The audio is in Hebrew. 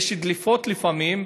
יש דליפות לפעמים,